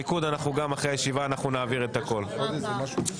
ליכוד אנחנו גם נעביר את הכול אחרי הישיבה.